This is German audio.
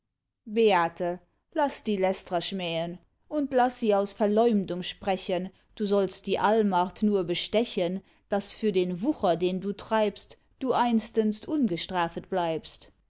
beate laß die lästrer schmähen und laß sie aus verleumdung sprechen du sollst die allmacht nur bestechen daß für den wucher den du treibst du einstens ungestrafet bleibst